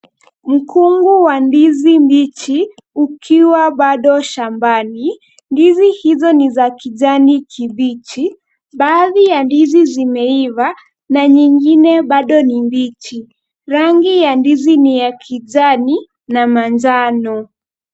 Mkungu wa ndizi mbichi ukiwa bado shambani ndizi hizo ni za kijani kibichi. baadhi za ndizi zimeiva na nyingine bado ni mbichi rangi ya ndizi ni ya kijani na manjano .